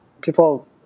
people